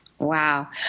Wow